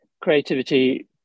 creativity